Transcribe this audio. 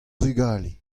vugale